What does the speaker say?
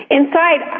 inside